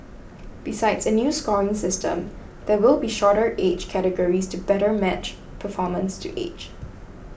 besides a new scoring system there will be shorter age categories to better match performance to age